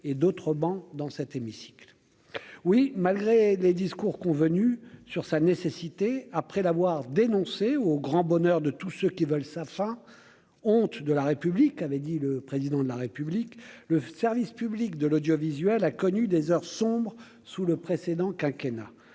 et d'autrement dans cet hémicycle oui, malgré les discours convenus sur sa nécessité après l'avoir dénoncé, au grand bonheur de tous ceux qui veulent fin, honte de la République avait dit le président de la République, le service public de l'audiovisuel a connu des heures sombres sous le précédent quinquennat